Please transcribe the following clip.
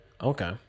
Okay